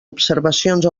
observacions